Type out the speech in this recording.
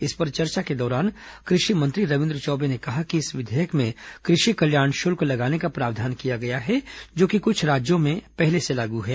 इस पर चर्चा के दौरान कृषि मंत्री रविन्द्र चौबे ने कहा कि इस विधेयक में कृषक कल्याण शुल्क लगाने का प्रावधान किया गया है जो कि कुछ अन्य राज्यों में पहले से लागू है